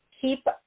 keep